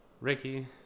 Ricky